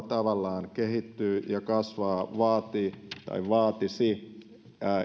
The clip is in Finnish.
tavallaan kehittyy ja kasvaa vaatisi